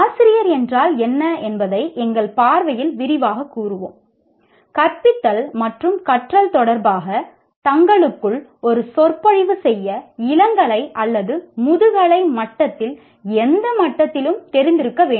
ஆசிரியர் என்றால் என்ன என்பதை எங்கள் பார்வையில் விரிவாகக் கூறுவோம் கற்பித்தல் மற்றும் கற்றல் தொடர்பாக தங்களுக்குள் ஒரு சொற்பொழிவு செய்ய இளங்கலை அல்லது முதுகலை மட்டத்தில் எந்த மட்டத்திலும் தெரிந்திருக்க வேண்டும்